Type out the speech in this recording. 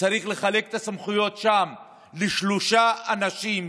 צריך לחלק את הסמכויות לשלושה אנשים,